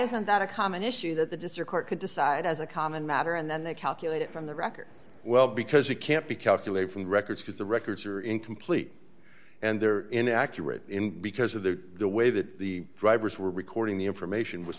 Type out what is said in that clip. isn't that a common issue that the district court could decide as a common matter and then they calculate it from the record well because it can't be calculated from the records because the records are incomplete and they're inaccurate in because of the way that the drivers were recording the information was